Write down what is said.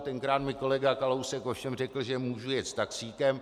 Tenkrát mi kolega Kalousek ovšem řekl, že můžu jet taxíkem.